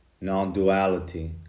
non-duality